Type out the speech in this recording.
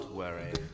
worry